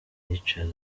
richard